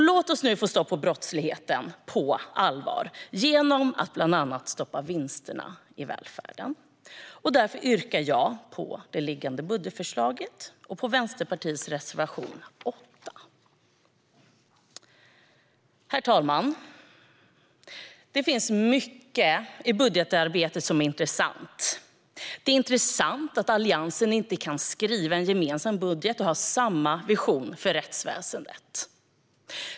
Låt oss nu få stopp på brottsligheten på allvar genom att bland annat stoppa vinsterna i välfärden! Därför yrkar jag bifall till föreliggande budgetförslag och till Vänsterpartiets reservation 8. Herr talman! Det finns mycket i budgetarbetet som är intressant. Det är intressant att Alliansen inte kan skriva en gemensam budget och ha samma vision för rättsväsendet.